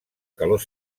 calor